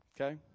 Okay